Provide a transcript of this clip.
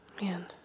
Man